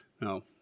No